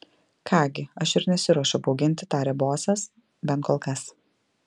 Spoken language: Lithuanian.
ką gi aš ir nesiruošiu bauginti tarė bosas bent kol kas